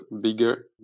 bigger